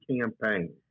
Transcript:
campaign